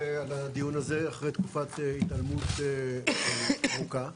הזה אחרי תקופת התעלמות ארוכה.